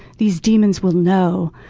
these demons will know.